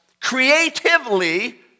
creatively